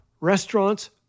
restaurants